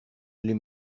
les